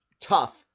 tough